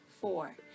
Four